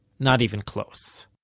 not even close